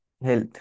health